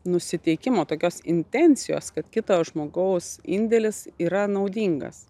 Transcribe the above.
nusiteikimo tokios intencijos kad kito žmogaus indėlis yra naudingas